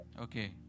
Okay